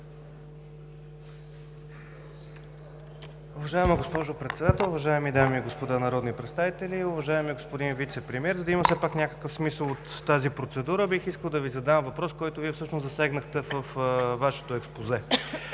Уважаема госпожо Председател, уважаеми дами и господа народни представители! Уважаеми господин Вицепремиер, за да има все пак някакъв смисъл от тази процедура, бих искал да Ви задам въпрос, който Вие всъщност засегнахте във Вашето експозе.